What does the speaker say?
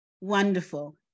Wonderful